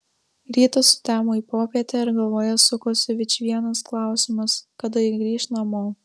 rytas sutemo į popietę ir galvoje sukosi vičvienas klausimas kada ji grįš namo